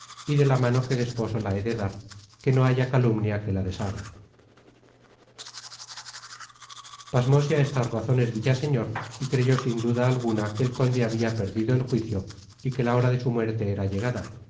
y de la mano que de esposo la he de dar que no haya calumnia que la deshaga content from google book search google book search generated at pasmose á estas razones villaseñor y creyó sin duda alguna que el conde habia perdido el juicio y que la hora de su muerte era llegada